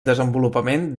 desenvolupament